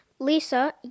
Lisa